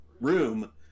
room